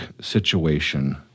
situation